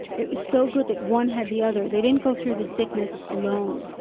it was so good that one had the other, they didn't go through this sickness alone.